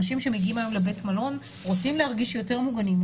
אנשים שמגיעים היום לבית מלון רוצים להרגיש יותר מוגנים,